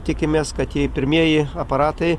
tikimės kad jei pirmieji aparatai